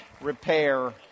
repair